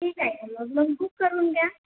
ठीक आहे ना मग मग बूक करून घ्या